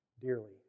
Dearly